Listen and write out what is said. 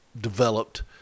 developed